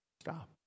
Stop